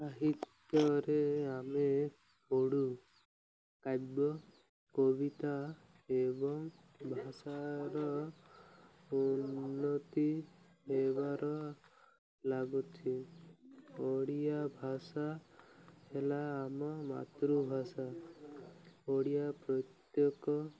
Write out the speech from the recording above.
ସାହିତ୍ୟରେ ଆମେ ପଢ଼ୁ କାବ୍ୟ କବିତା ଏବଂ ଭାଷାର ଉନ୍ନତି ହେବାର ଲାଗୁଛି ଓଡ଼ିଆ ଭାଷା ହେଲା ଆମ ମାତୃଭାଷା ଓଡ଼ିଆ ପ୍ରତ୍ୟେକ